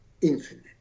infinite